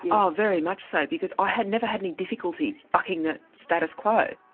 you? oh, very much so, because i had never had any difficulty bucking the status quo.